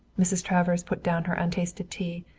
mrs. travers put down her untasted tea.